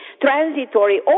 transitory